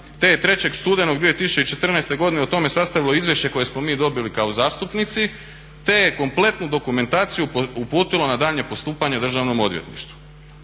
te je 3.studenog 2014.godine o tome sastavilo izvješće koje smo mi dobili kao zastupnici, te je kompletnu dokumentaciju uputilo na daljnje postupanje DORH-u, znači